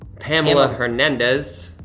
pamela hernandez,